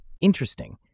Interesting